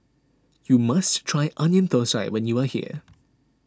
you must try Onion Thosai when you are here